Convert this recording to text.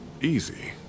easy